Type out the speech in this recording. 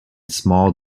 small